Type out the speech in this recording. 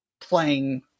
playing